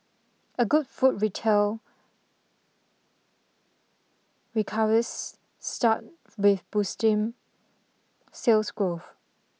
a good food retail recovers start with boosting sales growth